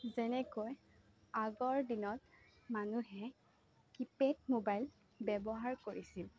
যেনেকৈ আগৰ দিনত মানুহে কী পেড মোবাইল ব্যৱহাৰ কৰিছিল